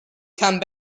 come